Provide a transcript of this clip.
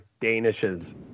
Danishes